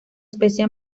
especie